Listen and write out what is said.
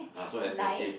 uh so expensive